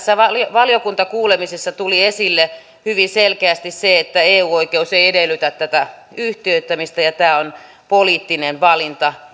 valiokuntakuulemisessa tuli esille hyvin selkeästi se että eu oikeus ei edellytä yhtiöittämistä ja tämä on poliittinen valinta